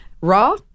Raw